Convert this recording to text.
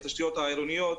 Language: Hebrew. בתשתיות העירוניות.